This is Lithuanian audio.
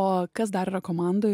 o kas dar yra komandoj